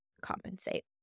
compensate